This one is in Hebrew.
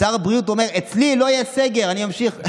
ושר הבריאות אומר: אצלי לא יהיה סגר, אני אמשיך.